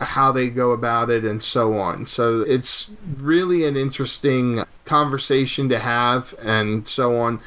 how they go about it and so on. so it's really an interesting conversation to have and so on.